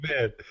man